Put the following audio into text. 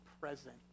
present